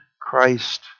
Christ